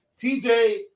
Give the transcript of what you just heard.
TJ